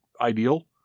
ideal